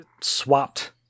swapped